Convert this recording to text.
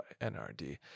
NRD